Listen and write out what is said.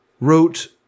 wrote